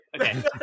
okay